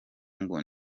ngo